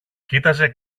κοίταζε